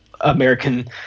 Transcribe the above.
American